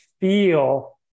feel